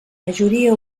majoria